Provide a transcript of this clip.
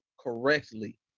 correctly